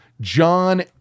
John